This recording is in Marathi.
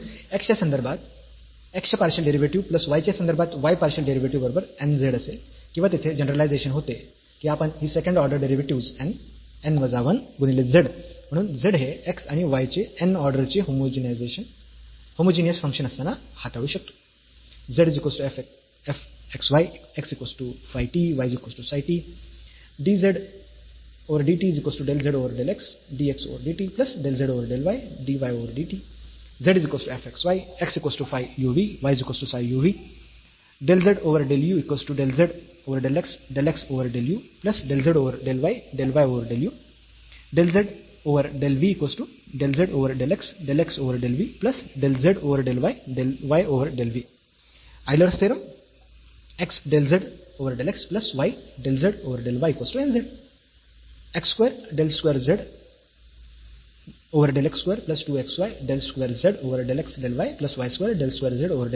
म्हणून x च्या संदर्भात x partial derivative plus y च्या संदर्भात y पार्शियल डेरिव्हेटिव्ह बरोबर n z असेल किंवा तिथे जनरलायझेशन होते की आपण ही second order derivatives n n वजा 1 गुणिले z म्हणून z हे x आणि y चे n ऑर्डर चे होमोजीनियस फंक्शन असताना हाताळू शकतो